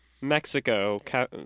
Mexico